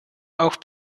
auch